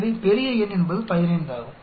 எனவே பெரிய N என்பது 15 ஆகும்